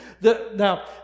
Now